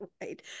Right